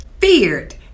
feared